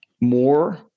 more